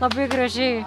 labai gražiai